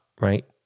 right